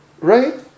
right